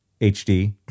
HD